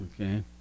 Okay